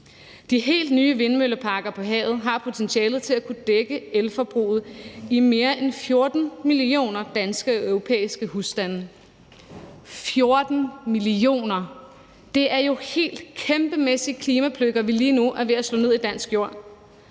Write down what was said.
De helt nye vindmølleparker på havet har potentialet til at kunne dække elforbruget i mere end 14 millioner danske og europæiske husstande – 14 millioner! Det er jo kæmpemæssige klimapløkker, vi lige nu er ved at slå ned i dansk jord,